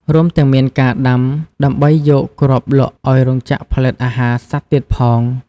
រួមទាំងមានការដាំដើម្បីយកគ្រាប់លក់ឱ្យ រោងចក្រផលិតអាហារ សត្វទៀតផង។